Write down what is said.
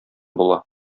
була